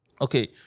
Okay